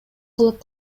кылып